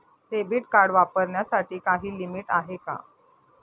Debit card वापरण्यासाठी काही limit आहे का?